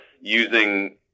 using